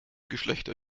geschlechter